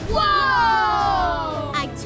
Whoa